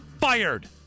fired